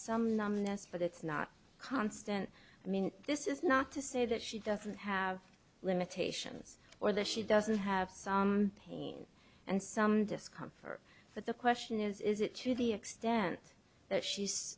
some numbness but it's not constant i mean this is not to say that she doesn't have limitations or that she doesn't have some pain and some discomfort but the question is is it to the extent that she's